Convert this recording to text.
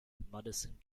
madison